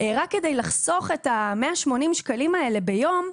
רק כדי לחסוך את ה-180 שקלים האלה ביום,